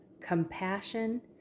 compassion